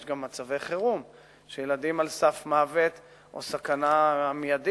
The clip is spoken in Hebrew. יש גם מצבי חירום של ילדים על סף מוות או סכנה מיידית,